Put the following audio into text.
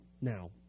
now